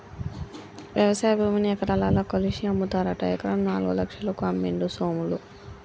వ్యవసాయ భూమిని ఎకరాలల్ల కొలిషి అమ్ముతారట ఎకరం నాలుగు లక్షలకు అమ్మిండు సోములు